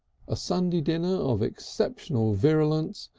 a sunday dinner of exceptional virulence,